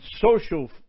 social